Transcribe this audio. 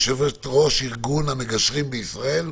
יושבת-ראש ארגון המגשרים בישראל,